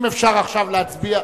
אם אפשר עכשיו להצביע,